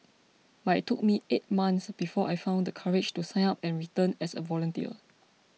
but it took me eight months before I found the courage to sign up and return as a volunteer